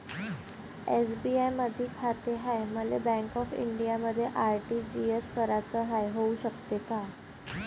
SBI मधी खाते हाय, मले बँक ऑफ इंडियामध्ये आर.टी.जी.एस कराच हाय, होऊ शकते का?